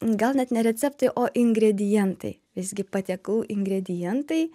gal net ne receptai o ingredientai visgi patiekalų ingredientai